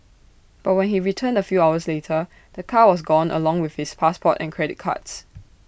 but when he returned A few hours later the car was gone along with his passport and credit cards